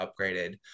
upgraded